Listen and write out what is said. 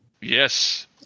Yes